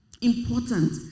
important